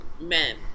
Men